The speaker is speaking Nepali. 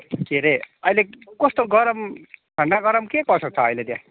के अरे अहिले कस्तो गरम ठन्डा गरम के कसो छ अहिले त्यहाँ